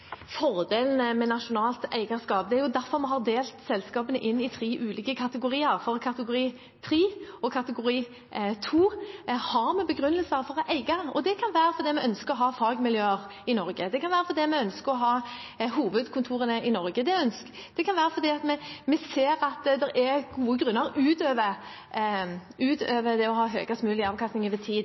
derfor vi har delt selskapene inn i tre ulike kategorier. For kategori 3 og kategori 2 har vi begrunnelser for å eie: Det kan være fordi vi ønsker å ha fagmiljøer i Norge, og det kan være fordi vi ønsker å ha hovedkontorene i Norge. Det kan også være fordi vi ser at det er gode grunner utover det å ha høyest mulig avkastning over tid